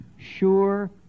sure